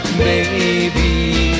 baby